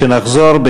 כשנחזור,